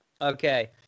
Okay